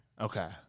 Okay